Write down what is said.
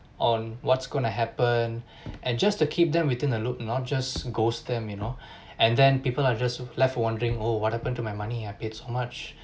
on what's going to happen and just to keep them within a loop you know just ghost them you know and then people are just left wondering oh what happen to my money I paid so much